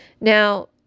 Now